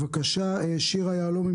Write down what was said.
בבקשה שירה יהלומי,